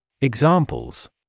Examples